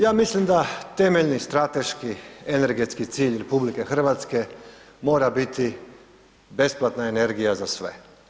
Ja mislim da temeljni strateški energetski cilj RH mora biti besplatna energija za sve.